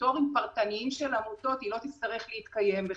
לפסול עכשיו את כל העמותות שיש ברשימה,